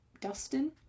Dustin